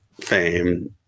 fame